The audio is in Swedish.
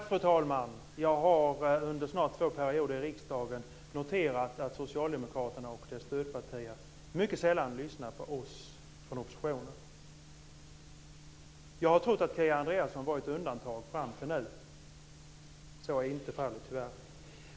Fru talman! Jag har under snart två perioder i riksdagen noterat att Socialdemokraterna och dess stödpartier mycket sällan lyssnar på oss från oppositionen. Jag har trott att Kia Andreasson har varit ett undantag fram till nu. Så är inte fallet, tyvärr.